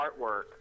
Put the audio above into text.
artwork